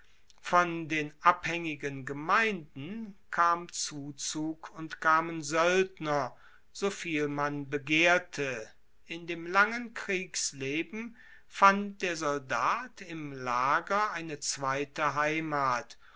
von den abhaengigen gemeinden kam zuzug und kamen soeldner soviel man begehrte in dem langen kriegsleben fand der soldat im lager eine zweite heimat